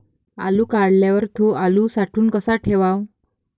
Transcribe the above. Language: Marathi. आलू काढल्यावर थो आलू साठवून कसा ठेवाव?